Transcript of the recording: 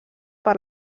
per